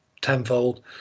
tenfold